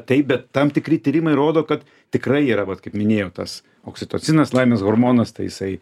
taip bet tam tikri tyrimai rodo kad tikrai yra vat kaip minėjau tas oksitocinas laimės hormonas tai jisai